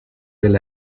del